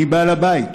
מי בעל הבית?